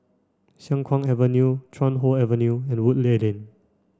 Siang Kuang Avenue Chuan Hoe Avenue and Woodleigh Lane